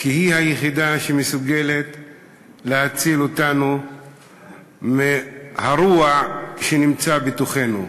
כי הוא היחיד שמסוגל להציל אותנו מהרוע שנמצא בתוכנו.